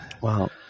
wow